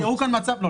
לא,